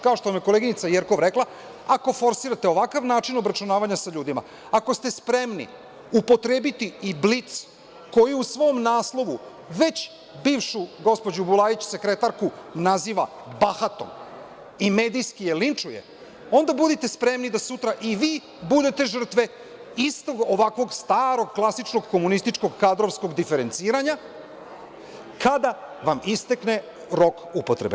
Kao što je koleginica Jerkov rekla, ako forsirate ovakav način obračunavanja sa ljudima, ako ste spremni upotrebiti i „Blic“ koji u svoj naslovu već bivšu gospođu Bulaji sekretarku naziva bahatom i medijski je linčuje, onda budite spremni da sutra i vi bude žrtve istog ovakvog starog klasičnog komunističkog kadrovskog diferenciranja kada vam istekne rok upotrebe.